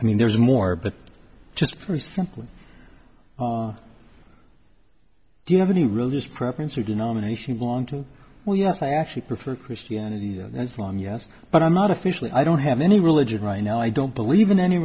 i mean there's more but just for the simple do you have any religious preference who denomination belong to well yes i actually prefer christianity and islam yes but i'm not officially i don't have any religion right now i don't believe in any